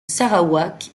sarawak